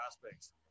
Prospects